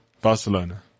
Barcelona